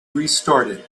restarted